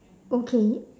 okay